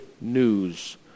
news